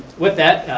with that,